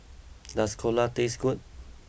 does Dhokla taste good